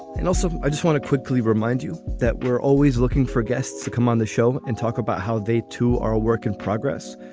and also, i just want to quickly remind you that we're always looking for guests to come on the show and talk about how they too are a work in progress.